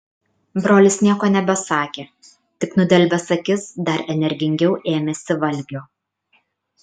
brolis nieko nebesakė tik nudelbęs akis dar energingiau ėmėsi valgio